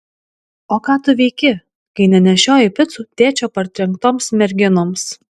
o ką tu veiki kai nenešioji picų tėčio partrenktoms merginoms